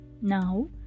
now